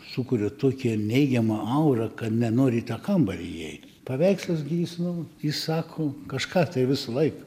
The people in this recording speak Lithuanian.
sukuria tokią neigiamą aurą kad nenori į tą kambarį įeit paveikslas gi jis nu jis sako kažką tai visąlaik